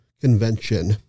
convention